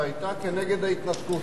שהיתה כנגד ההתנתקות.